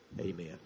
Amen